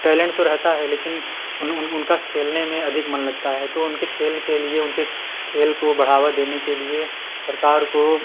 talent तो रहता है लेकिन उन उन उनका खेलने में अधिक मन लगता है तो उनके खेल के लिए उनके खेल को बढ़ावा देने के लिए सरकार को